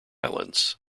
islands